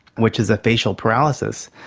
which is a facial paralysis,